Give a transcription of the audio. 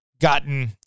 gotten